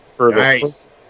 Nice